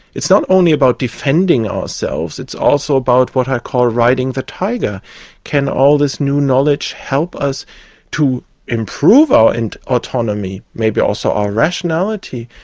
it's not only about defending ourselves, it's also about what i call riding the tiger can all this new knowledge help us to improve our and autonomy, maybe also our rationality?